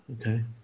Okay